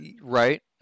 Right